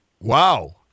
Wow